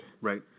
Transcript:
Right